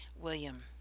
william